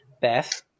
Beth